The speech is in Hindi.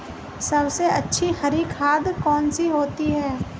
सबसे अच्छी हरी खाद कौन सी होती है?